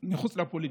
מחוץ לפוליטיקה,